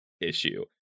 issue